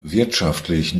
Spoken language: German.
wirtschaftlich